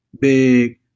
big